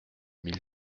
mille